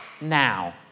now